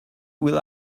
will